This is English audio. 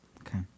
Okay